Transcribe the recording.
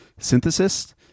synthesis